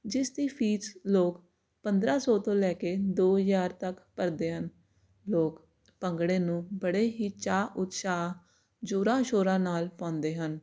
ਜਿਸ ਦੀ ਫੀਸ ਲੋਕ ਪੰਦਰ੍ਹਾਂ ਸੌ ਤੋਂ ਲੈ ਕੇ ਦੋ ਹਜ਼ਾਰ ਤੱਕ ਭਰਦੇ ਹਨ ਲੋਕ ਭੰਗੜੇ ਨੂੰ ਬੜੇ ਹੀ ਚਾਅ ਉਤਸ਼ਾਹ ਜੋਰਾਂ ਸ਼ੋਰਾਂ ਨਾਲ ਪਾਉਂਦੇ ਹਨ